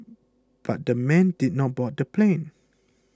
but the men did not board the plane